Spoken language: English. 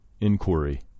Inquiry